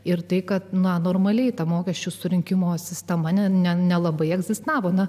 ir tai kad normaliai ta mokesčių surinkimo sistema nelabai egzistavome